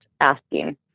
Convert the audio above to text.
asking